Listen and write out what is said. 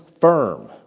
firm